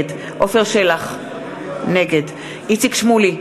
נגד עפר שלח, נגד איציק שמולי,